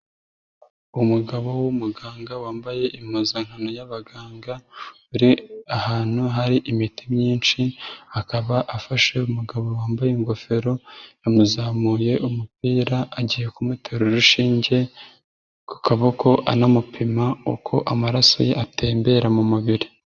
Umugabo w'umuganga wambaye impuzankano y'abaganga, uri ahantu hari imiti myinshi, akaba afashe umugabo wambaye ingofero, yamuzamuye umupira agiye kumutera urushinge, ku kaboko anamupima uko amaraso ye atembera mu mubiri.